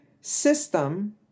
system